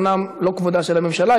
אומנם לא לכבודה של הממשלה,